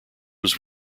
was